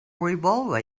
revolver